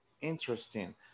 interesting